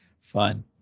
Fun